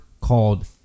called